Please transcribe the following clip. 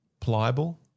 pliable